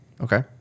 Okay